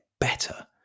better